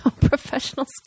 Professional